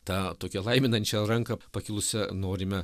tą tokią laiminančią ranką pakilusią norime